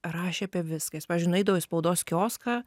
rašė apie viską jis pavyzdžiui nueidavo į spaudos kioską